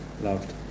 loved